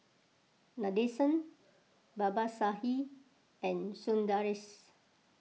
Nadesan Babasaheb and Sundaresh